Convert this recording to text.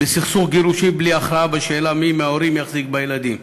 בסכסוך גירושין בלי הכרעה בשאלה מי מההורים יחזיק בילדים.